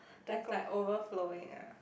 then it's like overflowing ah